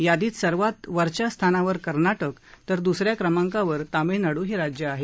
यादीत सर्वात वरच्या स्थानावर कर्नाटक तर दुस या क्रमांकावर तामिळनाडू ही राज्यं आहेत